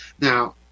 Now